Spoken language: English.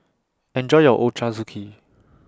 Enjoy your Ochazuke